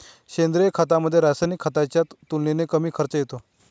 सेंद्रिय खतामध्ये, रासायनिक खताच्या तुलनेने कमी खर्च येतो